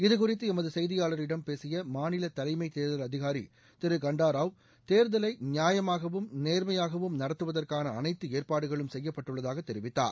இது குறித்து எமது கெய்தியாளரிடம் பேசிய மாநில தலைமை தேர்தல் அதிகாரி திரு கண்டா ராவ் தேர்தலை நியாயமாகவும் நேர்மையாகவும் நடத்துவதற்கான அனைத்து ஏற்பாடுகளும் செய்யப்பட்டுள்ளதாக தெரிவித்தார்